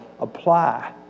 apply